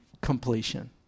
completion